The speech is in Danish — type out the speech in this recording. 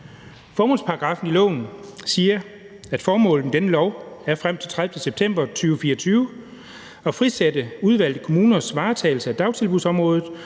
Formålsparagraffen i loven siger, at formålet med den her lov er frem til den 30. september 2024 at frisætte udvalgte kommuners varetagelse af dagtilbudsområdet